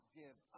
give